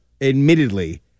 admittedly